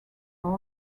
oil